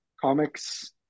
comics